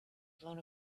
blown